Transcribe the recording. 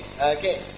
okay